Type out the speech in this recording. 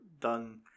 done